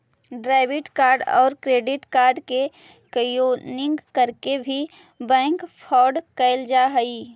debit card आउ credit card के cloning करके भी बैंक फ्रॉड कैल जा हइ